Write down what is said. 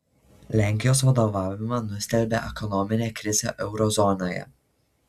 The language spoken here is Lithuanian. lenkijos vadovavimą nustelbė ekonominė krizė euro zonoje